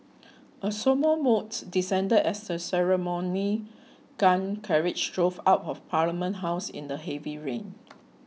a sombre mood descended as the ceremonial gun carriage drove out of Parliament House in the heavy rain